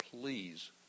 please